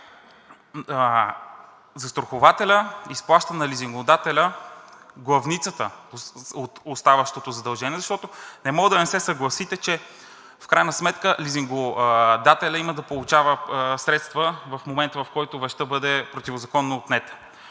застрахователят изплаща на лизингодателя главницата от оставащото задължение, защото не може да не се съгласите, че в крайна сметка лизингодателят има да получава средства в момент, в който вещта бъде противозаконно отнета.